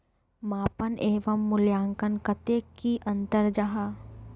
मापन एवं मूल्यांकन कतेक की अंतर जाहा?